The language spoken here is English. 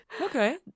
okay